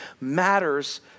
matters